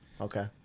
okay